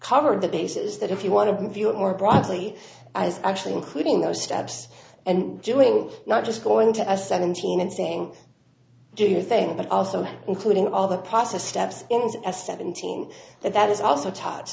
covered the bases that if you want to view it more broadly i was actually including those steps and doing not just going to a seventeen and saying do you thing but also including all the process steps into a seventeen that that is also taught